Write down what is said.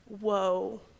Whoa